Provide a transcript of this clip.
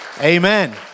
Amen